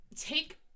take